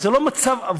אז זה לא מצב אבוד.